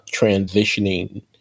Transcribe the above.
transitioning